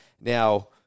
Now